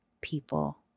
people